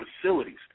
facilities